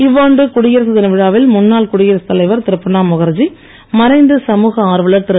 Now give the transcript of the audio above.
இவ்வாண்டு குடியரசு தின விழாவில் முன்னாள் குடியரசுத் தலைவர் திரு பிரணாப் முகர்ஜி மறைந்த சமூக ஆர்வலர் திரு